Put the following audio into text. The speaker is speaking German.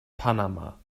panama